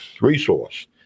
resource